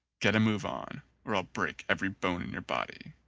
get a move on or i'll break every bone in your body.